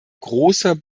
großer